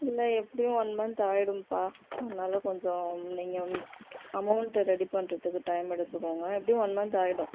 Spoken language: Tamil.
இல்லை எப்படியும் ஒன் மன்த் ஆகிடும்ப்பா அதனால் கொஞ்சம் நீங்கள் வந்து அமௌண்ட் ரெடி பண்ணுறதுக்கு டைம் எடுத்துக்கோங்க எப்படியும் ஒன் மன்த் ஆகிடும்